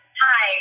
hi